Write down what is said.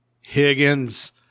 Higgins